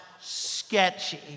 sketchy